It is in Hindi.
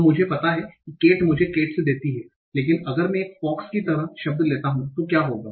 तो मुझे पता है कि cat मुझे cats देती है लेकिन अगर मैं एक फॉक्स की तरह शब्द लेता हूं तो क्या होगा